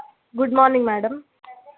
good morning madam